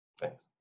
thanks